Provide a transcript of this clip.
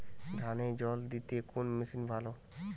ধানে জল দিতে কোন মেশিন ভালো?